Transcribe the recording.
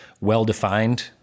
well-defined